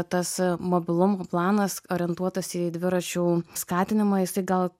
tas mobilumo planas orientuotas į dviračių skatinimą jisai gal